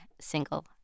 single